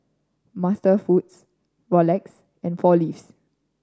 MasterFoods Rolex and Four Leaves